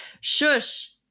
shush